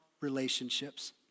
relationships